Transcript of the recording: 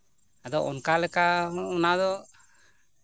ᱟᱫᱚ ᱚᱱᱠᱟᱞᱮᱠᱟ ᱚᱱᱟ ᱫᱚ